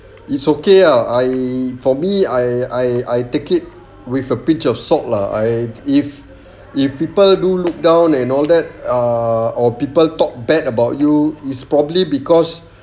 it's okay ah I for me I I I take it with a pinch of salt lah I if if people do look down and all that ah or people talk bad about you is probably because